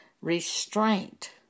restraint